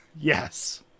Yes